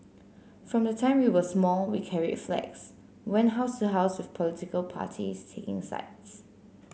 from the time we were small we carried flags went house to house with political parties taking sides